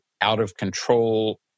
out-of-control